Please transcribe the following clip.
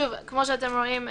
כפי שאתם רואים,